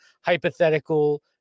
hypothetical